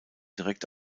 direkt